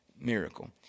miracle